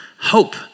hope